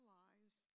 lives